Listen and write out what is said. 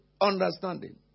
understanding